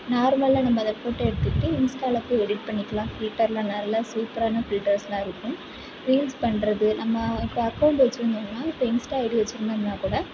நார்மலாக நம்ம அதை ஃபோட்டோ எடுத்துவிட்டு இன்ஸ்டாவில் போய் எடிட் பண்ணிக்கலாம் ஃபில்டரில் நல்ல சூப்பரான ஃபில்டர்ஸ்லாம் இருக்கும் ரீல்ஸ் பண்ணுறது நம்ம இப்போது அக்கௌண்ட் வச்சுருந்தோம்னா இப்போ இன்ஸ்டா ஐடி வச்சுருந்தோம்னா கூட